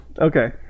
Okay